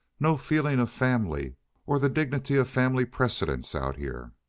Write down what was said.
no feeling of family or the dignity of family precedents out here.